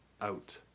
out